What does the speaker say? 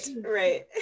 Right